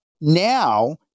now